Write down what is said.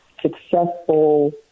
successful